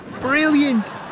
Brilliant